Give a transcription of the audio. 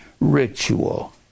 ritual